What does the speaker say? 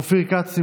אופיר כץ,